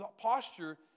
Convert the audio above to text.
posture